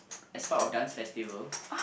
as part of dance festival